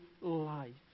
life